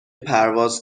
پرواز